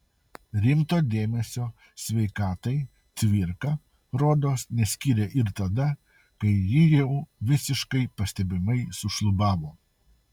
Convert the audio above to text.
rimto dėmesio sveikatai cvirka rodos neskyrė ir tada kai ji jau visiškai pastebimai sušlubavo